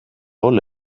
all